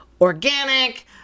organic